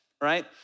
right